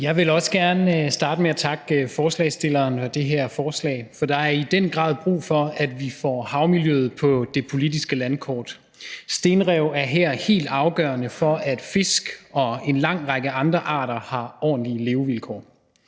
Jeg vil også gerne starte med at takke forslagsstillerne for det her forslag. For der er i den grad brug for, at vi får havmiljøet på det politiske landkort, og stenrev er her helt afgørende for, at fisk og en lang række andre arter har ordentlige levevilkår.